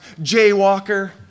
jaywalker